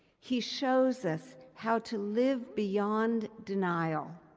he shows us how to live beyond denial